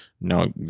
no